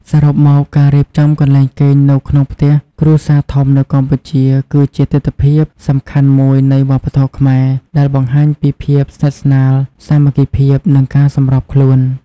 សរុបមក ការរៀបចំកន្លែងគេងនៅក្នុងផ្ទះគ្រួសារធំនៅកម្ពុជា គឺជាទិដ្ឋភាពសំខាន់មួយនៃវប្បធម៌ខ្មែរ ដែលបង្ហាញពីភាពស្និទ្ធស្នាល សាមគ្គីភាព និងការសម្របខ្លួន។